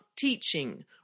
teaching